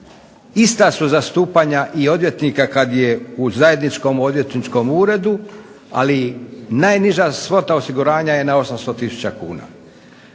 Ista su zastupanja i odvjetnika kad je u zajedničkom odvjetničkom uredu, ali najniža svota osiguranja je na 800 tisuća kuna.